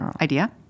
idea